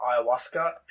ayahuasca